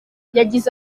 yagize